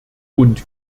und